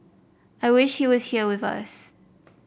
I wish he was here with us